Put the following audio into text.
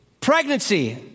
pregnancy